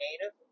native